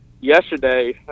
yesterday